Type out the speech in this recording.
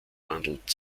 wandelt